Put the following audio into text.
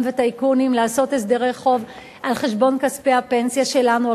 וטייקונים לעשות הסדרי חוב על חשבון כספי הפנסיה שלנו,